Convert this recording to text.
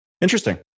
Interesting